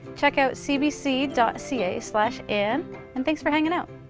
check out cbc ca anne and thanks for hanging out!